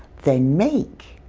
then make.